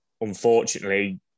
unfortunately